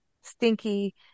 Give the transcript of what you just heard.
stinky